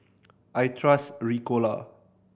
I trust Ricola